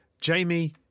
Jamie